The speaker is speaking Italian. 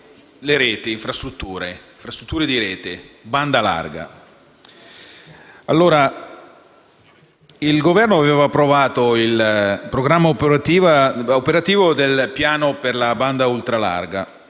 la questione delle infrastrutture di rete e la banda larga. Il Governo aveva approvato il programma operativo del piano per la banda ultralarga,